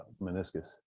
meniscus